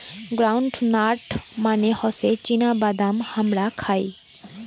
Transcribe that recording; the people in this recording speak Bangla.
গ্রাউন্ড নাট মানে হসে চীনা বাদাম হামরা খাই